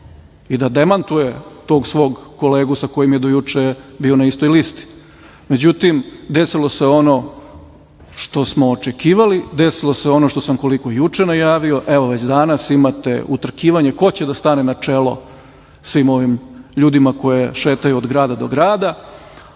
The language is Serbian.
i da demantuje tog svog kolegu sa kojim je do juče bio na istoj listi.Međutim, desilo se ono što smo očekivali. Desilo se ono što sam koliko juče najavio. Evo već danas imate utrkivanje ko će da stane na čelo svim ovim ljudima koje šetaju od grada do grada. To